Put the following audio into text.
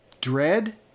Dread